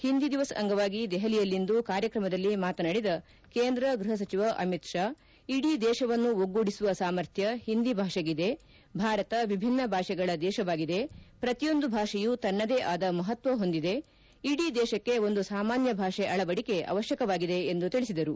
ಹಿಂದಿ ದಿವಸ್ ಅಂಗವಾಗಿ ದೆಪಲಿಯಲ್ಲಿಂದು ಕಾರ್ಯಕ್ರಮದಲ್ಲಿ ಮಾತನಾಡಿದ ಕೇಂದ್ರ ಗೃಹ ಸಚಿವ ಅಮಿತ್ ಷಾ ಇಡೀ ದೇಶವನ್ನು ಒಗ್ಗೂಡಿಸುವ ಸಾಮರ್ಥ್ಯ ಹಿಂದಿ ಭಾಷೆಗಿದೆ ಭಾರತ ವಿಭಿನ್ನ ಭಾಷೆಗಳ ದೇಶವಾಗಿದೆ ಪ್ರತಿಯೊಂದು ಭಾಷೆಯೂ ತನ್ನದೇ ಆದ ಮಹತ್ವ ಹೊಂದಿದೆ ಇಡೀ ದೇಶಕ್ಕೆ ಒಂದು ಸಾಮಾನ್ವ ಭಾಷೆ ಅಳವಡಿಕೆ ಅವಶ್ಯಕವಾಗಿದೆ ಎಂದು ತಿಳಿಸಿದರು